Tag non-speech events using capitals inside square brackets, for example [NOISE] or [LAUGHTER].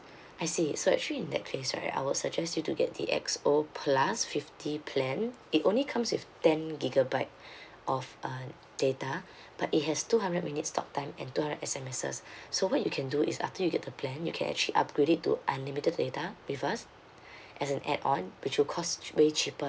I see so actually in that case right I would suggest you to get the X_O plus fifty plan it only comes with ten gigabyte [BREATH] of uh data [BREATH] but it has two hundred minutes talk time and two hundred SMSs [BREATH] so what you can do is after you get the plan you can actually upgrade it to unlimited data with us [BREATH] as an add on which will cost way cheaper